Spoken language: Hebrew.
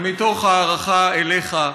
מתוך הערכה אליך,